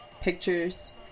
pictures